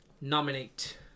nominate